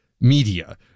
media